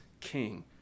king